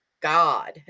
God